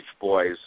Boys